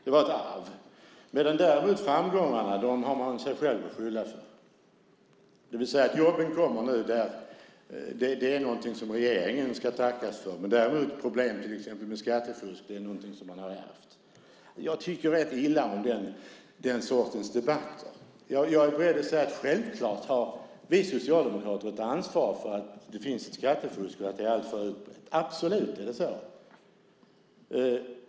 Det var ett arv, medan däremot framgångarna har man sig själv att tacka för, det vill säga att jobben kommer nu är någonting som regeringen ska tackas för. Problem med till exempel skattefusk är däremot någonting som man har ärvt. Jag tycker rätt illa om den sortens debatter. Jag är beredd att säga att vi socialdemokrater självklart har ett ansvar för att det finns ett skattefusk och att det är alltför utbrett. Absolut är det så.